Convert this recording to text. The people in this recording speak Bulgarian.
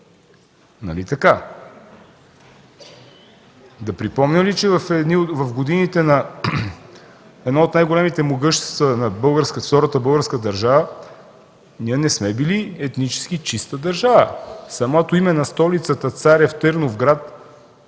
Нали така? Да припомня ли, че в годините на едно от най-големите могъщества – на Втората българска държава, ние не сме били етнически чиста държава? Самото име на столицата Царев-Търновград